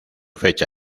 fecha